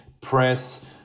press